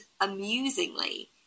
amusingly